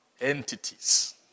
entities